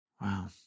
Wow